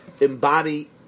embody